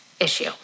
issue